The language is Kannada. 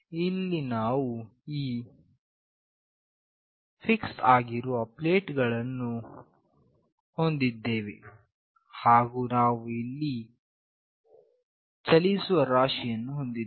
ಇಲ್ಲಿ ನಾವು ಈ ಫಿಕ್ಸ್ ಆಗಿರುವ ಪ್ಲೇಟ್ ಗಳನ್ನು ಹೊಂದಿದ್ದೇವೆ ಹಾಗು ಇಲ್ಲಿ ನಾವು ಚಲಿಸುವ ರಾಶಿಯನ್ನು ಹೊಂದಿದ್ದೇವೆ